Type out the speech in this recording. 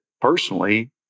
personally